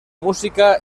música